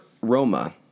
Roma